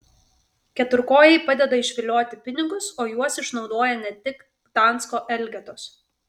keturkojai padeda išvilioti pinigus o juos išnaudoja ne tik gdansko elgetos